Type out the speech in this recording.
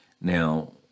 Now